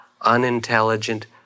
unintelligent